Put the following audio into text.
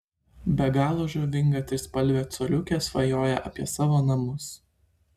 be galo žavinga trispalvė coliukė svajoja apie savo namus